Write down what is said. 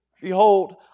Behold